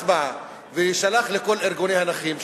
שיישלח לכל ארגוני הנכים,